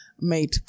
Made